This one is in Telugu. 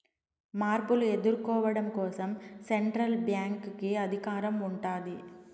మార్పులు ఎదుర్కోవడం కోసం సెంట్రల్ బ్యాంక్ కి అధికారం ఉంటాది